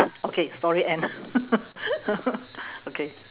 okay story end okay